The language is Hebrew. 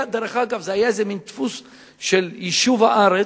דרך אגב, זה היה איזה מין דפוס של יישוב הארץ,